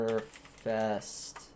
Fest